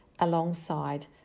alongside